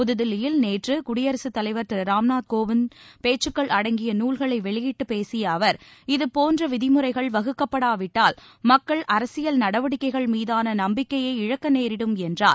புதுதில்லியில் நேற்றுகுடியரசுதலைவர் திருராம்நாத் கோவிந்தின் அடங்கிய நூல்களைவெளியிட்டுப் பேசியஅவர் இதுபோன்றவிதிமுறைகள் வகுக்கப்படாவிட்டால் மக்கள் அரசியல் நடவடிக்கைகள் மீதானநம்பிக்கையை இழக்கநேரிடும் என்றார்